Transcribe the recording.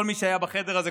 כל מי שהיה בחדר הזה,